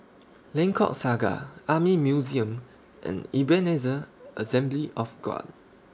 Lengkok Saga Army Museum and Ebenezer Assembly of God